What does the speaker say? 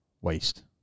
waste